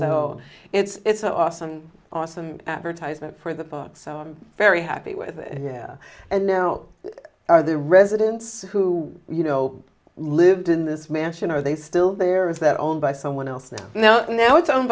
quickly it's awesome awesome advertisement for the book so i'm very happy with it yeah and now are the residents who you know lived in this mansion are they still there or is that owned by someone else and now now it's owned